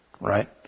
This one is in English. right